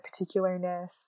particularness